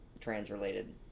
trans-related